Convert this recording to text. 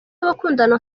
w’abakundana